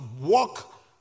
walk